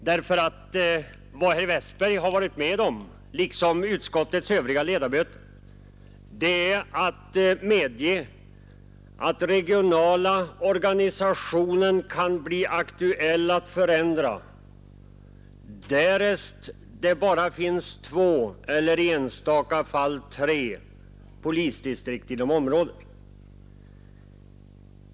Herr Westberg medger i likhet med utskottets övriga ledamöter att sammanläggningar av polisregioner kan bli aktuella därest det bara finns två eller i enstaka fall tre polisdistrikt inom ett län.